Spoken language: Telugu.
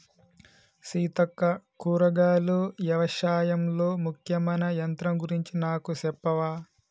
సీతక్క కూరగాయలు యవశాయంలో ముఖ్యమైన యంత్రం గురించి నాకు సెప్పవా